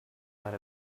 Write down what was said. not